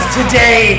today